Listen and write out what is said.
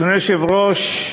אדוני היושב-ראש,